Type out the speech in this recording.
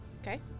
Okay